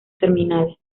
terminales